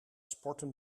sporten